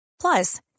plus